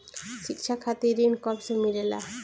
शिक्षा खातिर ऋण कब से मिलेला?